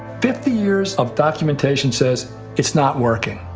fifty years of documentation says it's not working